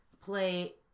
play